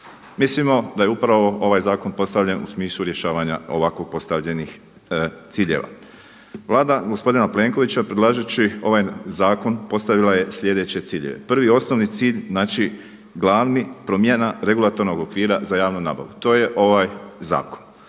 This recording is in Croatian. Mislim da je upravo ovaj zakon postavljen u smislu rješavanja ovako postavljenih ciljeva. Vlada gospodina Plenkovića predlažući ovaj zakon postavila je slijedeće ciljeve, prvi i osnovni cilj znači glavni promjena regulatornog okvira za javnu nabavu. To je ovaj zakon.